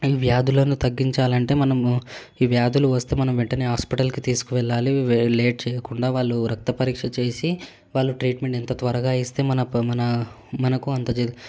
ఈ వ్యాధులను తగ్గించాలంటే మనం ఈ వ్యాధులు వస్తే మనం వెంటనే హాస్పటల్కి తీసుకువెళ్ళాలి వే లేట్ చేయకుండా వాళ్ళు రక్త పరీక్ష చేసి వాళ్ళు ట్రీట్మెంట్ ఎంత త్వరగా ఇస్తే మన మనకు అంత